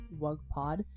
wugpod